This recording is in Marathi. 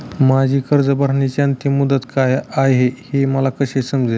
माझी कर्ज भरण्याची अंतिम मुदत काय, हे मला कसे समजेल?